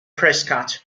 prescott